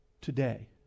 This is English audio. today